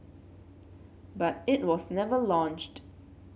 but it was never launched